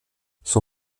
son